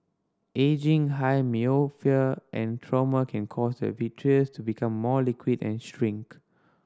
ageing high myopia and trauma can cause the vitreous to become more liquid and shrink